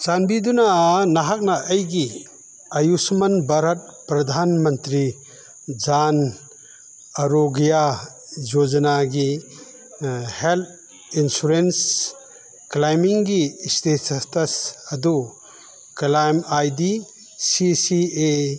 ꯆꯥꯟꯕꯤꯗꯨꯅ ꯅꯍꯥꯛꯅ ꯑꯩꯒꯤ ꯑꯌꯨꯁꯃꯥꯟ ꯚꯥꯔꯠ ꯄ꯭ꯔꯙꯥꯟ ꯃꯟꯇ꯭ꯔꯤ ꯖꯥꯟ ꯑꯔꯣꯒ꯭ꯌꯥ ꯌꯣꯖꯥꯅꯥꯒꯤ ꯍꯦꯜꯠ ꯏꯟꯁꯨꯔꯦꯟꯁ ꯀ꯭ꯂꯦꯃꯤꯡꯒꯤ ꯏꯁꯇꯦꯇꯁ ꯑꯗꯨ claim I D C C A